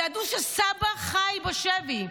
ידעו שסבא חי בשבי,